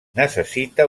necessita